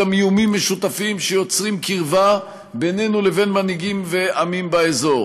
גם איומים משותפים שיוצרים קרבה בינינו לבין מנהיגים ועמים באזור.